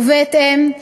ובהתאם,